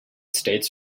states